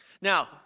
Now